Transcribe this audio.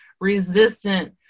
resistant